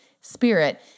spirit